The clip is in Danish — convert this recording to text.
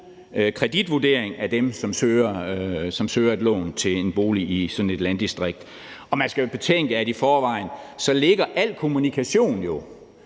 kreditvurdering af dem, som søger et lån til en bolig i sådan et landdistrikt, og man skal jo betænke, at i forvejen ligger al kommunikation